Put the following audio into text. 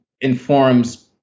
informs